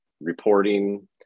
reporting